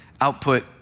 output